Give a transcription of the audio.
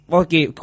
okay